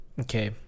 okay